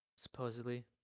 supposedly